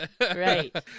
Right